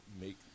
make